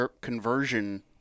conversion